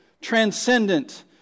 transcendent